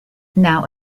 now